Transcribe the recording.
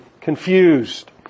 confused